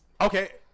Okay